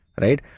Right